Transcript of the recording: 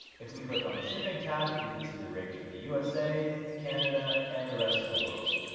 if we click on the shipping tab we can see the rates for the usa, canada and the rest of the world.